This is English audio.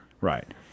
Right